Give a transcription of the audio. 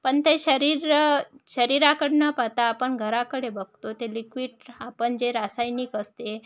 पण ते शरीर शरीराकडून पता आपण घराकडे बघतो ते लिक्विड आपण जे रासायनिक असते